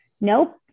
nope